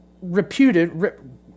reputed